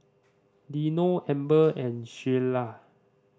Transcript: Dino Amber and Shelia